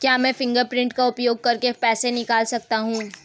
क्या मैं फ़िंगरप्रिंट का उपयोग करके पैसे निकाल सकता हूँ?